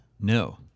No